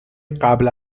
قبل